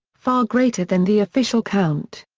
far greater than the official count.